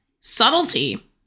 subtlety